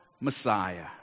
Messiah